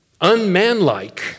unmanlike